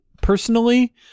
personally